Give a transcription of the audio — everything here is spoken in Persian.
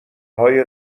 های